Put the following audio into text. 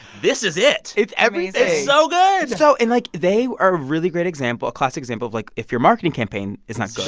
this is it it's everything amazing it's so good so and, like, they are a really great example, a classic example of, like, if your marketing campaign is not good.